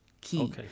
key